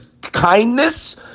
kindness